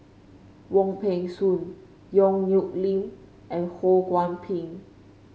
Wong Peng Soon Yong Nyuk Lin and Ho Kwon Ping